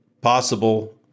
possible